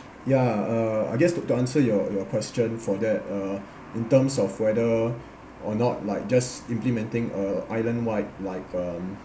ya uh I guess to to answer your question for that uh in terms of whether or not like just implementing uh island wide like um